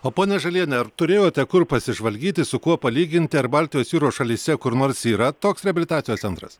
o ponia žaliene ar turėjote kur pasižvalgyti su kuo palyginti ar baltijos jūros šalyse kur nors yra toks reabilitacijos centras